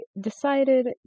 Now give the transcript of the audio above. decided